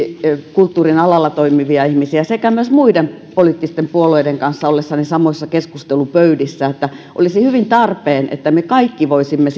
kulttuurin alalla toimivia ihmisiä sekä myös muiden poliittisten puolueiden kanssa ollessani samoissa keskustelupöydissä että olisi hyvin tarpeen että me kaikki voisimme